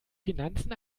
finanzen